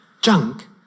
junk